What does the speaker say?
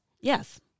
Yes